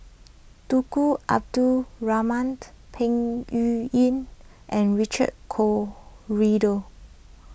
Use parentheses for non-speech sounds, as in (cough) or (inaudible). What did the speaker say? Tunku Abdul Rahman (noise) Peng Yuyun and Richard Corridon